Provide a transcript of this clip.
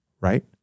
right